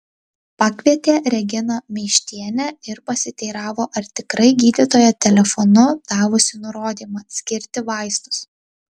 pakvietė reginą meištienę ir pasiteiravo ar tikrai gydytoja telefonu davusi nurodymą skirti vaistus